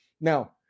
Now